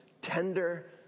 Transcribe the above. tender